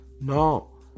no